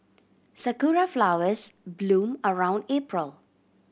Sakura flowers bloom around April